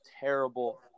terrible